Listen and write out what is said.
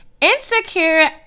Insecure